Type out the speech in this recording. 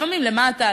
לפעמים למטה,